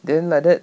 then like that